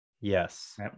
Yes